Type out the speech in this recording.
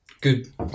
Good